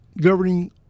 governing